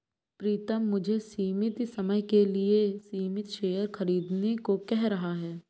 प्रितम मुझे सीमित समय के लिए सीमित शेयर खरीदने को कह रहा हैं